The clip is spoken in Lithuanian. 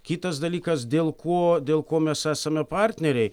kitas dalykas dėl ko dėl ko mes esame partneriai